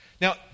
Now